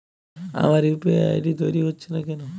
আমার UPI ID তৈরি হচ্ছে না কেনো?